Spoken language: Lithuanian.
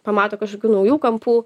pamato kažkokių naujų kampų